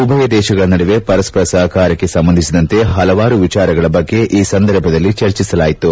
ಉಭಯ ದೇಶಗಳ ನಡುವೆ ಪರಸ್ಪರ ಸಹಕಾರಕ್ಕೆ ಸಂಬಂಧಿಸಿದ ಹಲವಾರು ವಿಚಾರಗಳ ಬಗ್ಗೆ ಈ ಸಂದರ್ಭದಲ್ಲಿ ಚರ್ಚಿಸಲಾಯಿತು